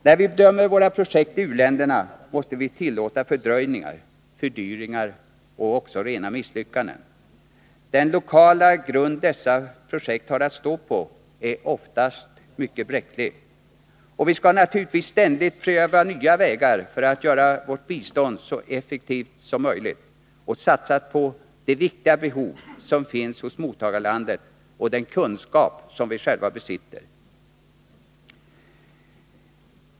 När vi bedömer våra projekt i u-länderna måste vi tillåta fördröjningar, fördyringar och också rena misslyckanden. Den lokala grund dessa projekt har att stå på är oftast mycket bräcklig. Vi skall naturligtvis ständigt pröva nya vägar för att göra vårt bistånd så effektivt som möjligt och satsa på de viktiga behov som finns hos mottagarlandet och använda den kunskap som vi själva besitter. Herr talman!